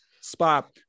spot